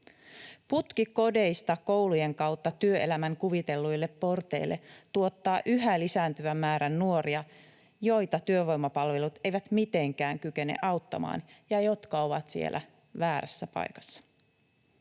Putki kodeista koulujen kautta työelämän kuvitelluille porteille tuottaa yhä lisääntyvän määrän nuoria, joita työvoimapalvelut eivät mitenkään kykene auttamaan ja jotka ovat siellä väärässä paikassa.